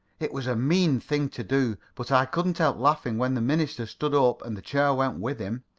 it was a mean thing to do, but i couldn't help laughing when the minister stood up and the chair went with him,